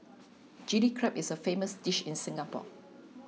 Chilli Crab is a famous dish in Singapore